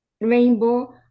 rainbow